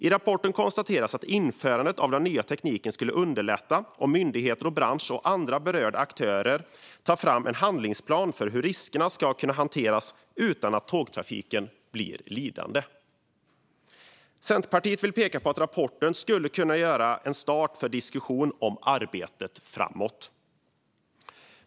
I rapporten konstateras att införandet av den nya tekniken skulle underlättas om myndigheter, bransch och andra berörda aktörer tar fram en handlingsplan för hur riskerna ska kunna hanteras utan att tågtrafiken blir lidande. Centerpartiet menar att rapporten skulle kunna utgöra en start för en diskussion om arbetet framåt.